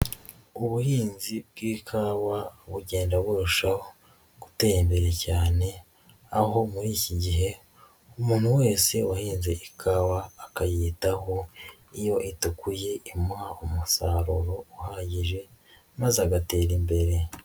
Ubuhinzi bw'ikawa bugenda burushaho gutera imbere cyane, aho muri iki gihe umuntu wese wahinze ikawa akayitaho, iyo itukuye imuha umusaruro uhagije, maze agatera imbere.